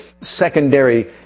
secondary